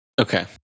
Okay